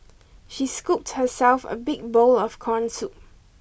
she scooped herself a big bowl of corn soup